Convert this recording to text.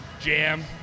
jam